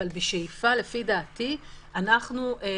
אבל בשאיפה לפי דעתי, אנחנו ככנסת,